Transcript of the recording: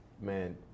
man